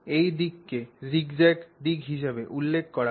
এক দিককে জিগজ্যাগ দিক হিসাবে উল্লেখ করা হয়